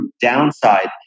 downside